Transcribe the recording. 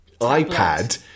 iPad